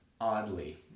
oddly